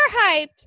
overhyped